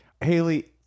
Haley